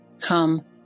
come